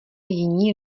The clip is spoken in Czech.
jiní